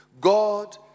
God